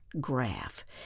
graph